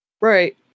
Right